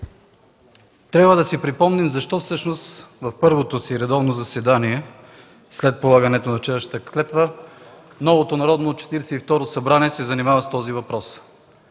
Трябва да си припомним защо всъщност в първото си редовно заседание, след полагането на вчерашната клетва, новото Четиридесет и второ Народно събрание се занимава с този въпрос?